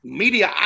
media